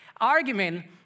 argument